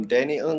Danny